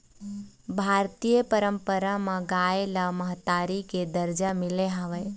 भारतीय पंरपरा म गाय ल महतारी के दरजा मिले हवय